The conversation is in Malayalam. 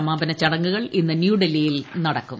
സമാപന ചടങ്ങുകൾ ഇന്ന് ന്യൂഡൽഹിയിൽ നടക്കും